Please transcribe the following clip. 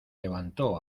levantó